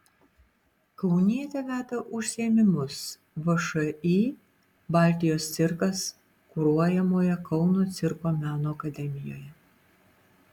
kaunietė veda užsiėmimus všį baltijos cirkas kuruojamoje kauno cirko meno akademijoje